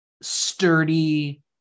sturdy